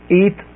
eat